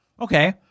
okay